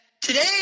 today